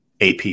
AP